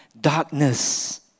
darkness